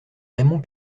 raymond